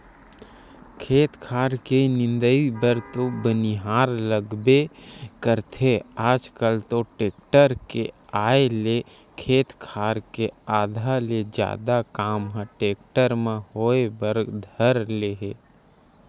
खेत खार के निंदई बर तो बनिहार लगबे करथे आजकल तो टेक्टर के आय ले खेत खार के आधा ले जादा काम ह टेक्टर म होय बर धर ले हे